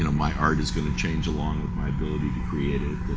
you know my art is going to change along with my ability to create it.